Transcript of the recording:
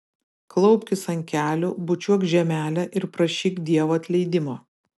klaupkis ant kelių bučiuok žemelę ir prašyk dievo atleidimo